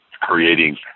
creating